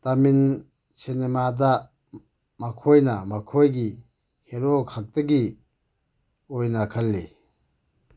ꯇꯥꯃꯤꯜ ꯁꯤꯅꯦꯃꯥꯗ ꯃꯈꯣꯏꯅ ꯃꯈꯣꯏꯒꯤ ꯍꯦꯔꯣ ꯈꯛꯇꯒꯤ ꯑꯣꯏꯅ ꯈꯜꯂꯤ